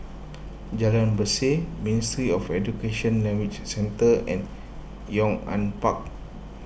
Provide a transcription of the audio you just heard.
Jalan Berseh Ministry of Education Language Centre and Yong An Park